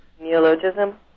Neologism